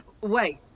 Wait